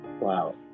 Wow